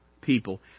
people